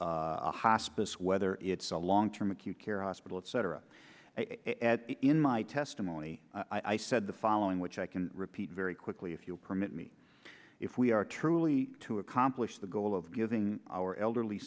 it's a hospice whether it's a long term acute care hospital etc in my testimony i said the following which i can repeat very quickly if you'll permit me if we are truly to accomplish the goal of giving our elderly